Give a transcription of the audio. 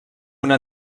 una